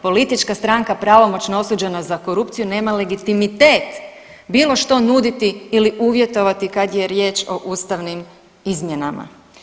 Politička stranka pravomoćno osuđena za korupciju nema legitimitet bilo što nuditi ili uvjetovati kad je riječ o ustavnim izmjenama.